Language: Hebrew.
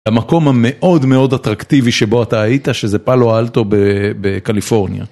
המקום המאוד מאוד אטרקטיבי שבו אתה היית שזה פלו האלטו בקליפורניה.